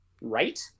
right